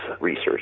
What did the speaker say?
research